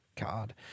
God